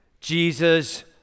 Jesus